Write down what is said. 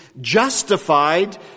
justified